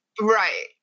Right